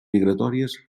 migratòries